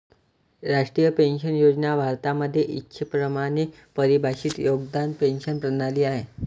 राष्ट्रीय पेन्शन योजना भारतामध्ये इच्छेप्रमाणे परिभाषित योगदान पेंशन प्रणाली आहे